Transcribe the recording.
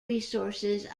resources